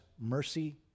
Mercy